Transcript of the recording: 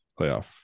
playoff